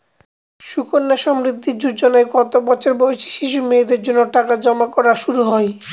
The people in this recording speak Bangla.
সুকন্যা সমৃদ্ধি যোজনায় কত বছর বয়সী শিশু মেয়েদের জন্য টাকা জমা করা শুরু হয়?